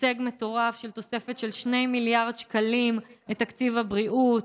הישג מטורף של תוספת של 2 מיליארד שקלים לתקציב הבריאות,